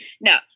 No